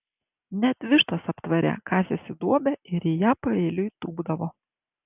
net vištos aptvare kasėsi duobę ir į ją paeiliui tūpdavo